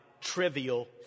trivial